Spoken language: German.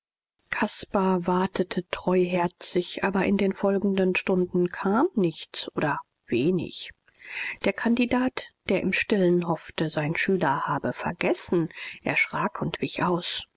caspar wartete treuherzig aber in der folgenden stunde kam nichts oder wenig der kandidat der im stillen hoffte sein schüler habe vergessen erschrak und wich aus